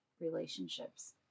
relationships